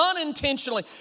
unintentionally